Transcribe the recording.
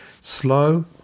slow